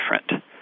different